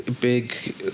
big